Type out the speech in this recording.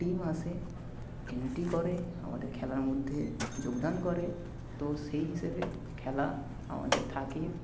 team আসে entry করে আমাদের খেলার মধ্যে যোগদান করে তো সেই হিসেবে খেলা আমাদের থাকে